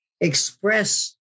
express